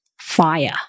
fire